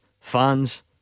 fans